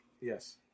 Yes